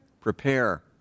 Prepare